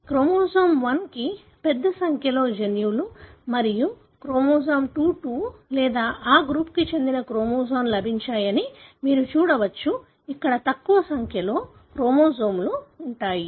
chromosome 1 కి పెద్ద సంఖ్యలో జన్యువులు మరియు క్రోమోజోమ్ 22 లేదా ఈ గుంపుకు చెందిన క్రోమోజోమ్ లభించాయని మీరు చూడవచ్చు ఇక్కడ తక్కువ సంఖ్యలో క్రోమోజోమ్లు ఉంటాయి